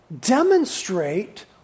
demonstrate